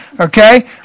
Okay